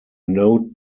note